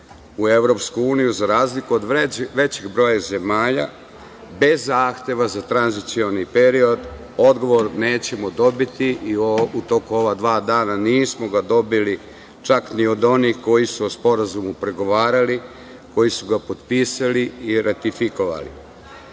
u EU, za razliku od većeg broja zemalja, bez zahteva za tranzicioni period? Odgovor nećemo dobiti i u toku ova dva dana nismo ga dobili čak ni od onih koji su o Sporazumu pregovarali, koji su ga potpisali i ratifikovali. Pre